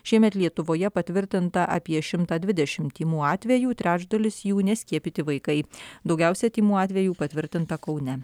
šiemet lietuvoje patvirtinta apie šimtą dvidešim tymų atvejų trečdalis jų neskiepyti vaikai daugiausia tymų atvejų patvirtinta kaune